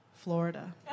Florida